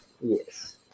Yes